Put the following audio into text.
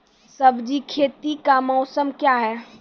सब्जी खेती का मौसम क्या हैं?